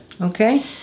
Okay